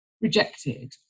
rejected